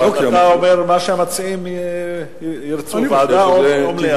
אבל אתה אומר מה שהמציעים ירצו: ועדה או מליאה.